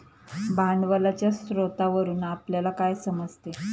भांडवलाच्या स्रोतावरून आपल्याला काय समजते?